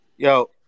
Yo